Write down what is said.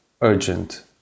urgent